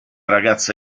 ragazza